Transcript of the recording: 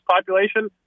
population